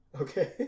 Okay